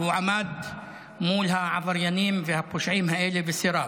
הוא עמד מול העבריינים והפושעים האלה וסירב.